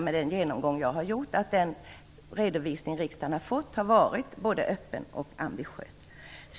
Med den genomgång jag har gjort menar jag att den redovisning riksdagen har fått har varit både öppen och ambitiös.